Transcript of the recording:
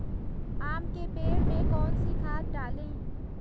आम के पेड़ में कौन सी खाद डालें?